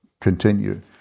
continue